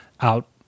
out